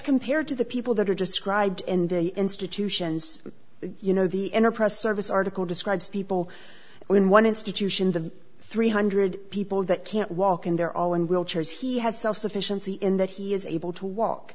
compared to the people that are described in the institutions you know the enterprise service article describes people in one institution the three hundred people that can't walk and they're all in wheelchairs he has self sufficiency in that he is able to walk